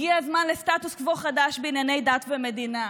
הגיע הזמן לסטטוס קוו חדש בענייני דת ומדינה.